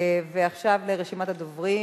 ועכשיו לרשימת הדוברים.